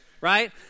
right